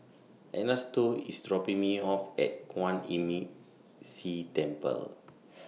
Ernesto IS dropping Me off At Kwan Imm See Temple